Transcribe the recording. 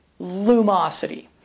Lumosity